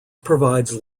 provides